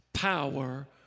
Power